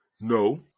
No